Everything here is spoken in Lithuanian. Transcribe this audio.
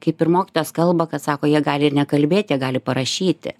kaip ir mokytojas kalba kad sako jie gali ir nekalbėt jie gali parašyti